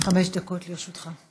בבקשה, חמש דקות לרשותך.